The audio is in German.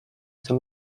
zum